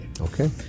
Okay